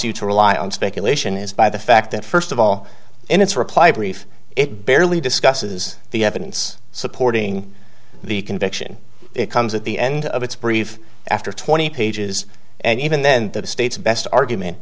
you to rely on speculation is by the fact that first of all and it's a reply brief it barely discusses the evidence supporting the conviction it comes at the end of its brief after twenty pages and even then the state's best argument